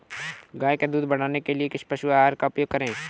गाय का दूध बढ़ाने के लिए किस पशु आहार का उपयोग करें?